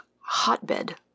hotbed